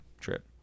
trip